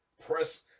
press